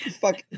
fuck